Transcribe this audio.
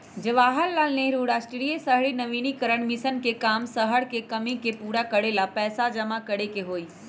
जवाहर लाल नेहरू राष्ट्रीय शहरी नवीकरण मिशन के काम शहर के कमी के पूरा करे ला पैसा जमा करे के हई